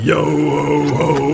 Yo-ho-ho